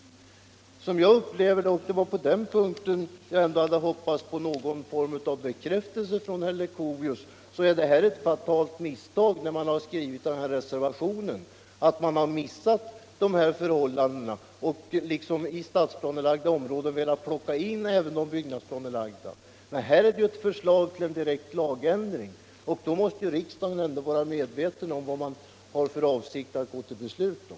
Som jag upplever det — och det var på den punkten jag hade hoppats på någon form av bekräftelse från herr Lcuchovius — har man begått ett fatalt misstag när man skrivit reservationen. Man har i stadsplanelagda områden tydligen velat plocka in även de byggnadsplanelagda områdena. Här är det ju fråga om förslag till en direkt lagändring, och då måste ju riksdagen ändå vara medveten om vad det är man har för avsikt att gå till beslut om.